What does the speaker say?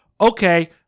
okay